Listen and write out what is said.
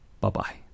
Bye-bye